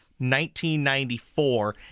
1994